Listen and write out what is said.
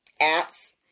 apps